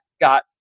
got